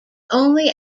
only